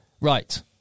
right